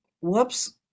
whoops